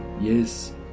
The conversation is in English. Yes